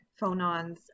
phonons